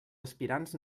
aspirants